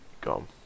Gone